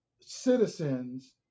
citizens